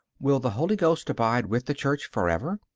will the holy ghost abide with the church forever?